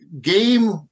Game